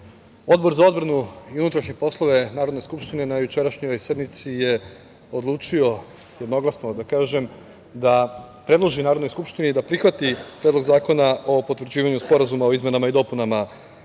Odbor za odbranu i unutrašnje poslove Narodne skupštine na jučerašnjoj sednici je odlučio jednoglasno da predloži Narodnoj skupštini da prihvati Predlog zakona o potvrđivanju Sporazuma o izmenama i dopunama